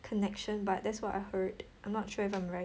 connection but that's what I heard I'm not sure if I'm right